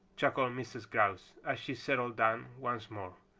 chuckled mrs. grouse, as she settled down once more.